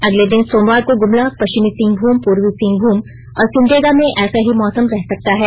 अगले दिन सोमवार को गुमला पश्चिमी सिंहभूम पूर्वी सिंहभूम और सिमडेगा में ऐसा ही मौसम रह सकता है